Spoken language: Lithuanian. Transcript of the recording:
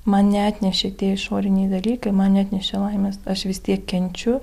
man neatnešė tie išoriniai dalykai man neatnešė laimės aš vis tiek kenčiu